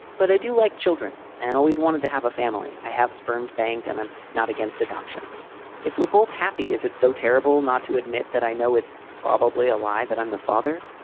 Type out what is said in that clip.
but i do like children and always wanted to have a family. i have sperm banks and i'm not against adoption if we're both happy. is it so terrible not to admit that? i know it's probably a lie that i'm the father.